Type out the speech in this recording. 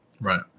Right